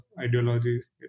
ideologies